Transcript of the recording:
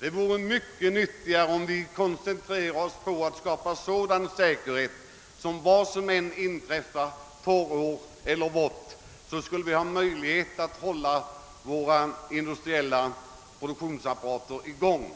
Det vore mycket nyttigare om vi koncentrerade oss på att skapa en sådan säkerhet, att vi vad som än inträffar har möjligheter att hålla vår industriella produktion i gång.